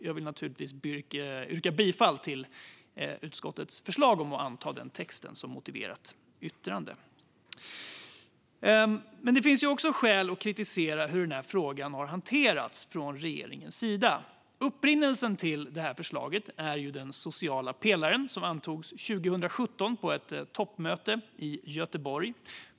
Jag yrkar förstås bifall till utskottets förslag att anta den texten som motiverat yttrande. Det finns också skäl att kritisera hur den här frågan har hanterats från regeringens sida. Upprinnelsen till förslaget är den sociala pelaren som antogs 2017 på ett toppmöte i Göteborg.